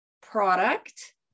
product